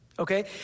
Okay